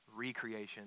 recreation